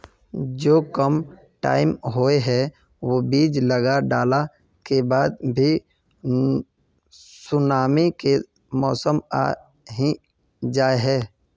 जो कम टाइम होये है वो बीज लगा डाला के बाद भी सुनामी के मौसम आ ही जाय है?